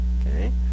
Okay